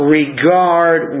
regard